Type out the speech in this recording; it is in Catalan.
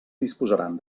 disposaran